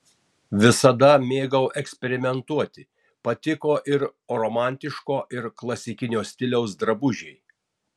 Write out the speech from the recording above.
visada mėgau eksperimentuoti patiko ir romantiško ir klasikinio stiliaus drabužiai